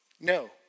No